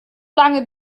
lange